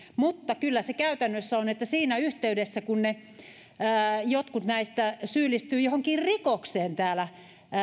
mutta kyllä se käytännössä on siinä yhteydessä kun jotkut näistä syyllistyvät johonkin rikokseen täällä